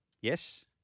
Yes